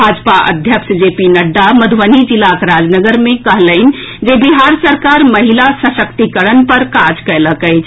भाजपा अध्यक्ष J P Nadda Madhubani जिलाक राजनगर मे कहलनि जे बिहार सरकार महिला सशक्तिकरण पर काज कयलक अछि